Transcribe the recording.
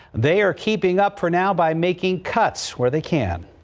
they are keeping up for now by making cuts where they can.